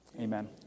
amen